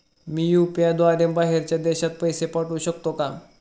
मी UPI द्वारे बाहेरच्या देशात पैसे पाठवू शकतो का?